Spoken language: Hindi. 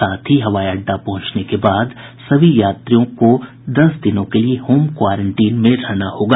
साथ ही हवाई अड्डा पहुंचने के बाद सभी यात्रियों को दस दिनों के लिए होम क्वारेंटीन में रहना होगा